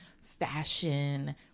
fashion